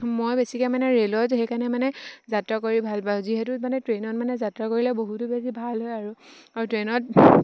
মই বেছিকৈ মানে ৰে'লত সেইকাৰণে মানে যাত্ৰা কৰি ভাল পাওঁ যিহেতু মানে ট্ৰেইনত মানে যাত্ৰা কৰিলে বহুতো বেছি ভাল হয় আৰু আৰু ট্ৰেইনত